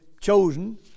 chosen